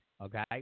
Okay